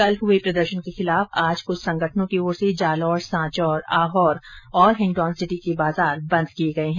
कल हुए प्रदर्शन के खिलाफ आज कुछ संगठनों की ओर से जालौर सांचोर आहोर और हिंडोन सिटी के बाजार बंद किये गये हैं